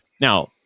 Now